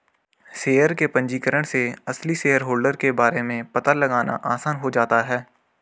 share के पंजीकरण से असली शेयरहोल्डर के बारे में पता लगाना आसान हो जाता है